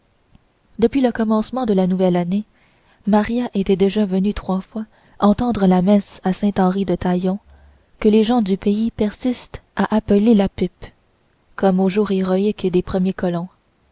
depuis le commencement de la nouvelle année maria était déjà venue trois fois entendre la messe à saint henri de taillon que les gens du pays persistent à appeler la pipe comme aux jours héroïques des premiers colons